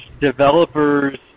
developers